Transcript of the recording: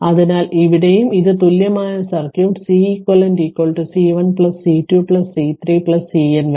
അതിനാൽ ഇവിടെയും ഇത് തുല്യമായ സർക്യൂട്ടും Ceq C1 C2 C3 CN വരെ